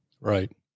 Right